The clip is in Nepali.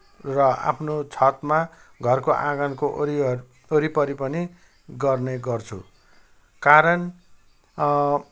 र आफ्नो छतमा घरको आँगनको वरि वरिपरि पनि गर्ने गर्छु कारण